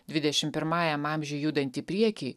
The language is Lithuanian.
dvidešim pirmajam amžiui judant į priekį